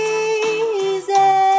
easy